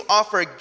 offer